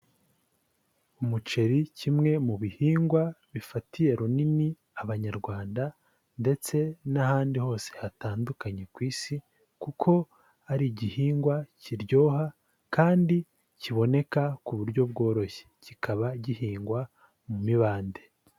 Umuceri kimwe mu bihingwa bifatiye runini abanyarwanda ndetse n'ahandi hose hatandukanye ku Isi, kuko ari igihingwa kiryoha kandi kiboneka ku buryo bworoshye, kikaba gihingwa mu mibande.